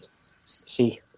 See